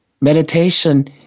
Meditation